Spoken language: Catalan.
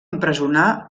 empresonar